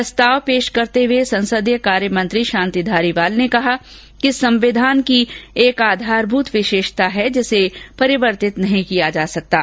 प्रस्ताव पेश करते हुए संसदीय कार्यमंत्री शांति धारीवाल ने कहा कि संविधान की एक आधारभूत विशेषता है जिसे परिवर्तित नहीं किया जा सकता है